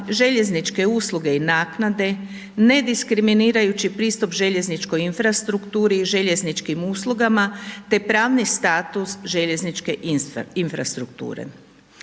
željezničke u sluge i naknade, nediskriminirajuću pristup infrastrukturi i željezničkim uslugama, te pravni status željezničke infrastrukture.